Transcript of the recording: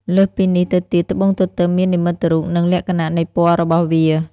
លើសពីនេះទៅទៀតត្បួងទទឹមមាននិមិត្តរូប និងលក្ខណៈនៃពណ៍របស់វា។